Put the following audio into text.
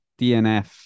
DNF